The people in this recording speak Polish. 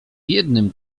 jednym